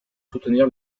soutenir